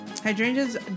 Hydrangeas